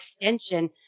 extension